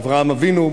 אברהם אבינו,